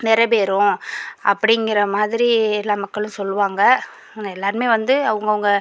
நிறவேறும் அப்படிங்கிற மாதிரி எல்லா மக்களும் சொல்லுவாங்க எல்லோருமே வந்து அவங்க அவங்க